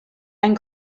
and